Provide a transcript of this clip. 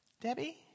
Debbie